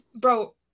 bro